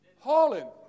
Holland